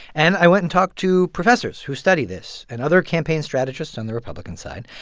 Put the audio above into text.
and i went and talked to professors who study this and other campaign strategists on the republican side,